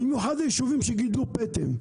במיוחד היישובים שגידלו פטם.